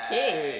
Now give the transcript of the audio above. okay